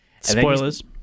Spoilers